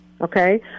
Okay